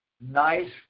nice